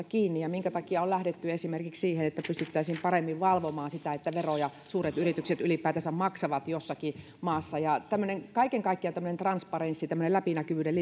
kiinni ja minkä takia on lähdetty esimerkiksi siihen että pystyttäisiin paremmin valvomaan sitä että veroja suuret yritykset ylipäätänsä maksavat jossakin maassa kaiken kaikkiaan tämmöistä transparenssia tämmöistä läpinäkyvyyden